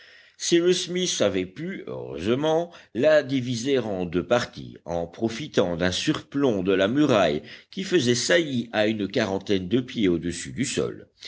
cyrus smith avait pu heureusement la diviser en deux parties en profitant d'un surplomb de la muraille qui faisait saillie à une quarantaine de pieds au-dessus du sol